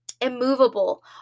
Immovable